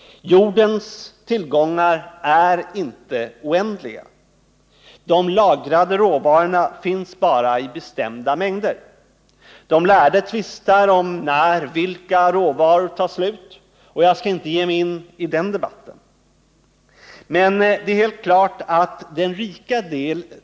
Jordens tillgångar är inte oändliga. De lagrade råvarorna finns bara i begränsade mängder. De lärde tvistar om när den ena eller den andra råvaran tar slut. Jag skall inte ge mig in i den debatten.